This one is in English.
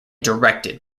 directed